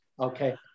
Okay